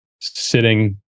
sitting